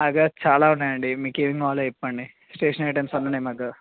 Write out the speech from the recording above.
నా దగ్గర చాలా ఉన్నాయండి మీకు ఏమి కావాలో చెప్పండి స్టేషనరీ ఐటమ్స్ అన్నీ ఉన్నాయి మా దగ్గర